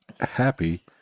happy